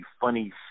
funny